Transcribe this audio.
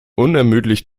unermüdlich